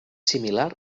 similar